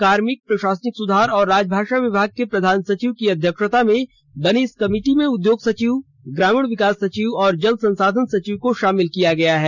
कार्मिक प्रशासनिक सुधार और राजभाषा विभाग के प्रधान सचिव की अध्यक्षता में बनी इस कमिटी में उद्योग सचिव ग्रामीण विकास सचिव और जल संसाधन सचिव को शामिल किया गया है